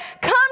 come